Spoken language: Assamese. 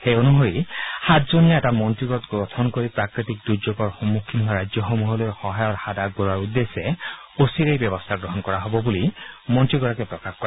সেই অনুসৰি সাতজনীয়া এটা মন্ত্ৰীগোট শীঘ্ৰে গঠন কৰি প্ৰাকৃতিক দুৰ্যোগৰ সন্মুখীন হোৱা ৰাজ্যসমূহলৈ সহায়ৰ হাত আগবঢ়োৱাৰ উদ্দেশ্যে শীঘে ব্যৱস্থা গ্ৰহণ কৰা হ'ব বুলি মন্ত্ৰীগৰাকীয়ে প্ৰকাশ কৰে